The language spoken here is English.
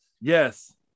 Yes